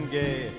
gay